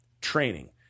training